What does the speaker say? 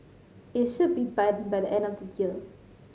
it should be by the end of next year